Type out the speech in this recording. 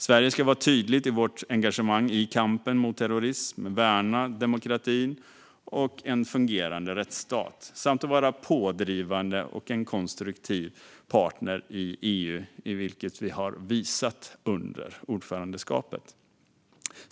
Sverige ska vara tydligt i sitt engagemang i kampen mot terrorism, värna demokratin och en fungerande rättsstat samt vara en pådrivande och konstruktiv partner i EU, vilket vi visat under ordförandeskapet.